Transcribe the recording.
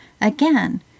Again